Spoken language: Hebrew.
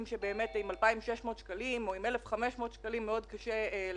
עם 2,600 או 2,500 שקלים מאוד קשה להתקיים.